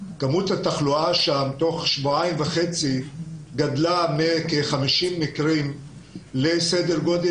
כמות התחלואה שם תוך שבועיים וחצי גדלה מכ-50 מקרים לסדר גודל